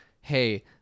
hey